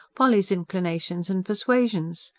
polly's inclinations and persuasions,